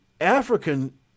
African